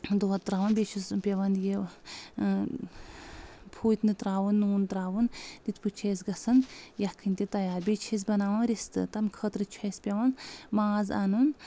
دۄد تراوان بییٚہِ چھُس پؠوان یہِ پھوٗتۍ نہٕ تراوُن نوٗن تراوُن تِتھ پٲٹھۍ چھِ أسۍ گژھان یکھٕنۍ تہِ تیار بیٚیہِ چھِ أسۍ بناوان رِستہٕ تمہِ خٲطرٕ چھِ اسہِ پؠوان ماز اَنُن